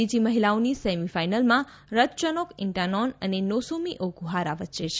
બીજી મહિલાઓની semifinal Ratchanok Intanon અને નોસોમી ઓકુહારા વચ્ચે છે